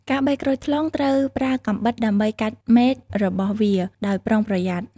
ការបេះក្រូចថ្លុងត្រូវប្រើកាំបិតដើម្បីកាត់មែករបស់វាដោយប្រុងប្រយ័ត្ន។